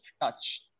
touch